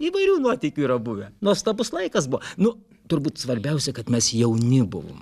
įvairių nuotykių yra buvę nuostabus laikas buvo nu turbūt svarbiausia kad mes jauni buvom